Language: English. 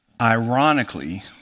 Ironically